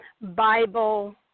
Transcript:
Bible